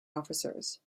officers